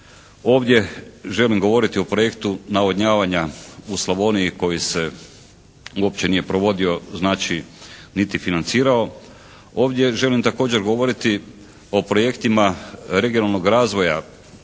Ovdje želim govoriti o projektu navodnjavanja u Slavoniji koji se uopće nije provodio, znači niti financirao. Ovdje želim također govoriti o projektima regionalnog razvoja